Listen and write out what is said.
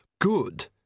Good